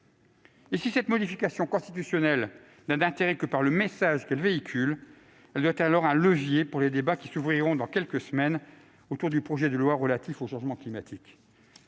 Et si cette modification constitutionnelle n'a d'intérêt que par le message qu'elle véhicule, elle doit alors être un levier pour les débats qui s'ouvriront dans quelques semaines autour du projet de loi Climat. Je le